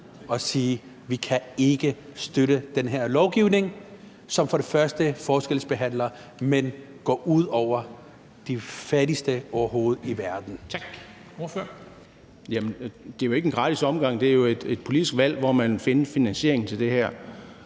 og sige, at man ikke kan støtte den her lovgivning, som forskelsbehandler og går ud over de fattigste overhovedet i verden,